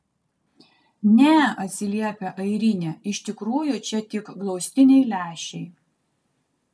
ne atsiliepia airinė iš tikrųjų čia tik glaustiniai lęšiai